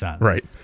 Right